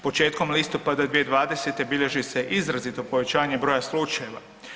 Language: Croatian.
Početkom listopada 2020. bilježi se izrazito povećanje broja slučajeva.